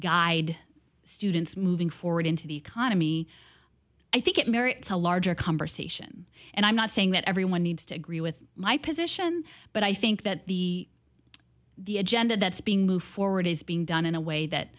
guide students moving forward into the economy i think it merits a larger conversation and i'm not saying that everyone needs to agree with my position but i think that the the agenda that's being moved forward is being done in a way that